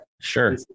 Sure